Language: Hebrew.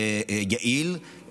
יעיל,